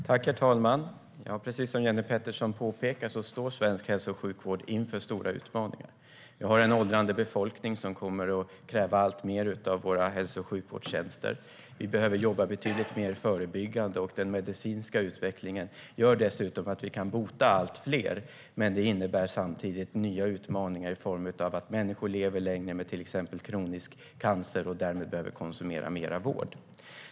Herr talman! Precis som Jenny Petersson påpekar står svensk hälso och sjukvård inför stora utmaningar. Vi har en åldrande befolkning som kommer att kräva alltmer av våra hälso och sjukvårdstjänster. Vi behöver jobba betydligt mer förebyggande, och den medicinska utvecklingen gör dessutom att vi kan bota allt fler. Samtidigt innebär det nya utmaningar i form av att människor lever längre med till exempel kronisk cancer och därmed behöver konsumera mera vård.